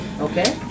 Okay